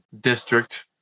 district